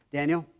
Daniel